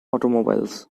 automobiles